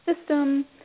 system